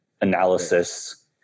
analysis